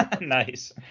nice